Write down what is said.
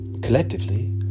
collectively